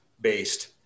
based